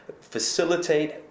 facilitate